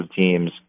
teams